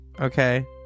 okay